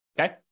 okay